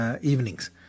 evenings